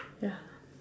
ya